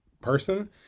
person